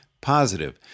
positive